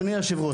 אדוני היושב ראש.